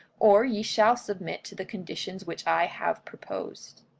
or ye shall submit to the conditions which i have proposed.